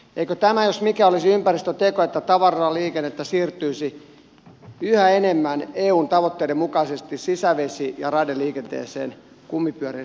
eikö tämä jos mikä olisi ympäristöteko että tavaraliikennettä siirtyisi yhä enemmän eun tavoitteiden mukaisesti sisävesi ja raideliikenteeseen kumipyörien sijasta